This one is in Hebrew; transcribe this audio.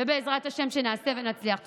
ובעזרת השם נעשה ונצליח.